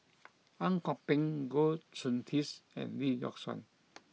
Ang Kok Peng Goh Soon Tioes and Lee Yock Suan